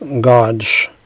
God's